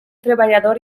treballador